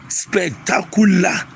spectacular